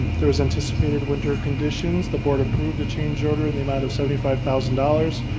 there was anticipated winter conditions, the board approved a change order and the amount of seventy five thousand dollars,